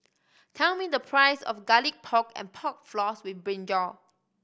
tell me the price of Garlic Pork and Pork Floss with brinjal